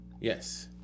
Yes